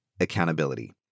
Accountability